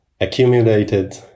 accumulated